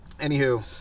anywho